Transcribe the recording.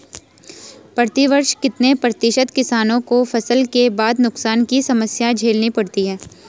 प्रतिवर्ष कितने प्रतिशत किसानों को फसल के बाद नुकसान की समस्या झेलनी पड़ती है?